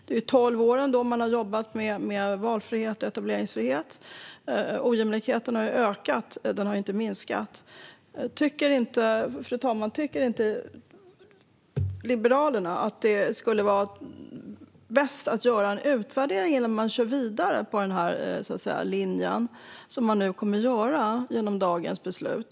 I tolv år har man jobbat med valfrihet och etableringsfrihet, och ojämlikheten har ökat och inte minskat. Tycker inte Liberalerna att det skulle vara bäst att göra en utvärdering innan man kör vidare på den här linjen, vilket man nu kommer att göra genom dagens beslut?